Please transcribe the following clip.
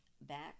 back